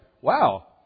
wow